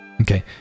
okay